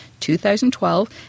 2012